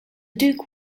duke